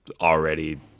already